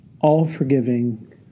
all-forgiving